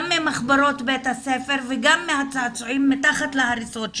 גם ממחברות בית הספר וגם מהצעצועים מתחת להריסות הבית.